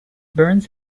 burns